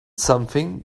something